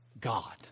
God